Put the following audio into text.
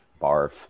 Barf